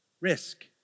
risk